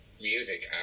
music